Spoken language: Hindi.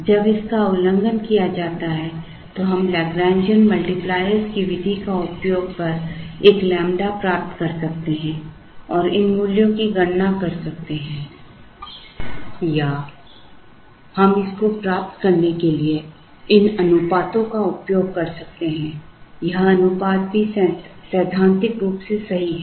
जब इसका उल्लंघन किया जाता है तो हम लैग्रैन्जियन मल्टीप्लायरों की विधि का उपयोग कर एक लैम्बडा प्राप्त कर सकते हैं और इन मूल्यों की गणना कर सकते हैं या हम इसको प्राप्त करने के लिए इन अनुपातों का उपयोग कर सकते हैं यह अनुपात भी सैद्धांतिक रूप से सही है